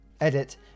Edit